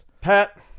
Pat